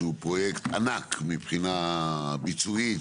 שהוא פרויקט ענק מבחינה ביצועית,